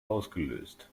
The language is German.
ausgelöst